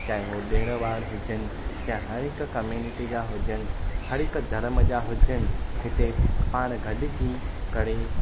चाहे उहे ॾिण वार हुजनि चाहे हर हिक कम्युनिटी जा हुजनि हर हिक धर्म जा हुजनि हिते पाण गॾुजी करे